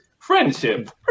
Friendship